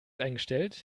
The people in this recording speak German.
eingestellt